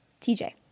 TJ